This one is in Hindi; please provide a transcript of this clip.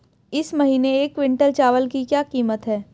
इस महीने एक क्विंटल चावल की क्या कीमत है?